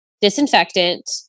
disinfectant